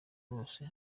bose